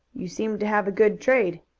you seem to have a good trade.